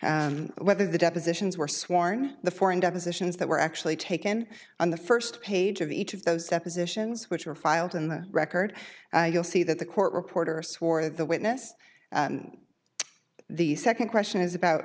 the whether the depositions were sworn the foreign depositions that were actually taken on the first page of each of those depositions which were filed in the record you'll see that the court reporter swore the witness the second question is about